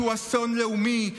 שהוא אסון לאומי.